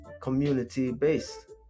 community-based